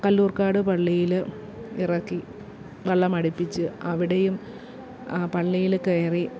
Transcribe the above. കല്ലൂർക്കാട് പള്ളിയിൽ ഇറക്കി വള്ളമടുപ്പിച്ച് അവിടെയും പള്ളിയിൽ കയറി